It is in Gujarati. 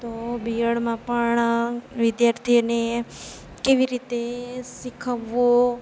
તો બીએડમાં પણ વિદ્યાર્થીને કેવી રીતે શીખવવું